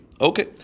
Okay